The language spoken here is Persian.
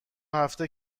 هفته